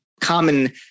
common